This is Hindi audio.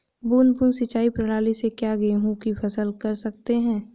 बूंद बूंद सिंचाई प्रणाली से क्या गेहूँ की फसल कर सकते हैं?